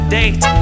date